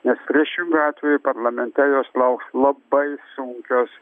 nes priešingu atveju parlamente jos lauks labai sunkios